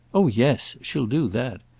oh yes she'll do that.